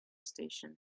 station